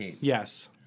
Yes